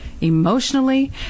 emotionally